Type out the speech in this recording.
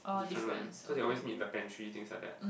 different so they always meet in the pantry things like that